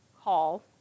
call